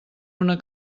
una